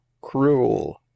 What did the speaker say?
cruel